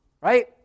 right